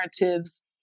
narratives